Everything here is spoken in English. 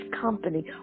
company